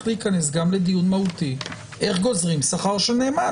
להיכנס גם לדיון מהותי איך גוזרים שכר של נאמן,